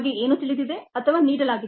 ನಮಗೆ ಏನು ತಿಳಿದಿದೆ ಅಥವಾ ನೀಡಲಾಗಿದೆ